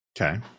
Okay